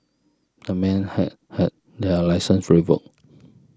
the men have had their licences revoked